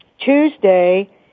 Tuesday